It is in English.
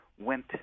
went